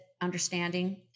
understanding